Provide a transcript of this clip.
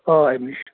آ امہِ نِش